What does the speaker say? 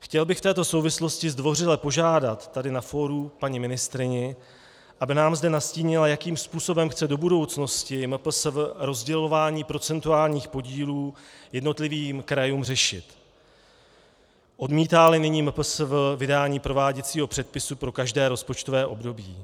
Chtěl bych v této souvislosti zdvořile požádat tady na fóru paní ministryni, aby nám zde nastínila, jakým způsobem chce do budoucnosti MPSV rozdělování procentuálních podílů jednotlivým krajům řešit, odmítáli nyní MPSV vydání prováděcího předpisu pro každé rozpočtové období.